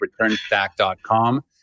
ReturnStack.com